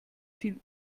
viel